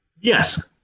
Yes